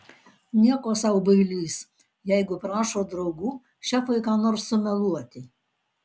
nieko sau bailys jeigu prašo draugų šefui ką nors sumeluoti